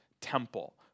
temple